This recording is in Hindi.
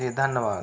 जी धन्यवाद